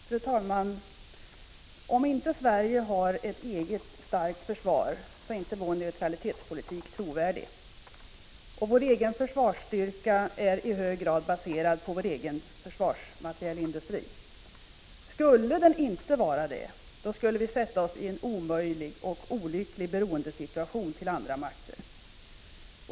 Fru talman! Om Sverige inte har ett eget starkt försvar är inte vår neutralitetspolitik trovärdig. Vår egen försvarsstyrka är i hög grad baserad på vår egen försvarsmaterielindustri. Skulle den inte vara det skulle vi försätta oss i en omöjlig och olycklig beroendesituation gentemot andra makter.